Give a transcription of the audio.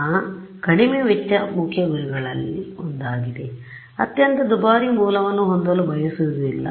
ಆದ್ದರಿಂದ ಕಡಿಮೆ ವೆಚ್ಚ ಮುಖ್ಯ ಗುರಿಗಳಲ್ಲಿ ಒಂದಾಗಿದೆ ಅತ್ಯಂತ ದುಬಾರಿ ಮೂಲವನ್ನು ಹೊಂದಲು ಬಯಸುವುದಿಲ್ಲ